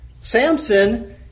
Samson